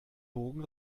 bogen